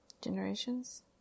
Generations